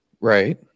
Right